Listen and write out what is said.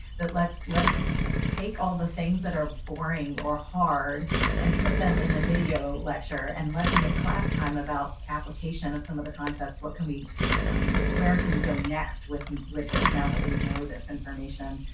let's let's take all the things that are boring or hard and put them in a video lecture. and let's make class time about application of some of the concepts. what can we where can we go next with with this now that we know this information?